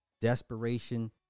desperation